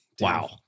Wow